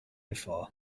before